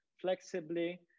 flexibly